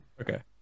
Okay